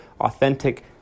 authentic